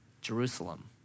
Jerusalem